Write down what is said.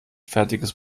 fertiges